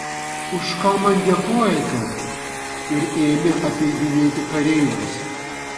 už ką man dėkojate ir ėmė apeidinėti kareivius